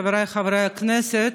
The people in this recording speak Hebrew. חבריי חברי הכנסת,